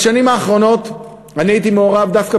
בשנים האחרונות אני הייתי מעורב דווקא